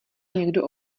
někdo